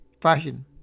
fashion